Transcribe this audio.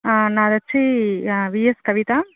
నాది వచ్చి విఎస్ కవిత